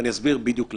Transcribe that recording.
ואסביר בדיוק.